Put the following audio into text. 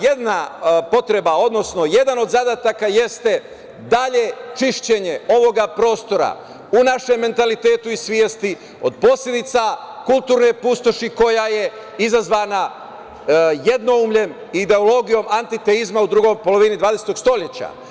Jedan od zadataka jeste dalje čišćenje ovog prostora u našem mentalitetu i svesti od posledica kulturne pustoši koja je izazvana jednoumljem, ideologijom antiteizma u drugoj polovini 20. stoleća.